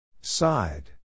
Side